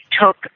took